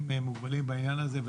הם מוגבלים בעניין הזה.